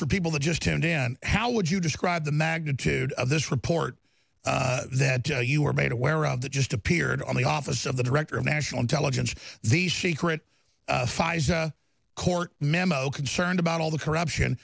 for people to just him then how would you describe the magnitude of this report that you were made aware of that just appeared on the office of the director of national intelligence the secret court memo concerned about all the corruption